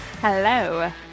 Hello